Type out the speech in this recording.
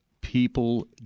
people